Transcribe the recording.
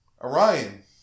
Orion